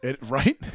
Right